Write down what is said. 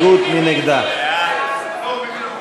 1 לא נתקבלה.